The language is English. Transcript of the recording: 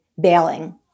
bailing